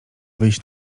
wyjść